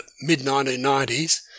mid-1990s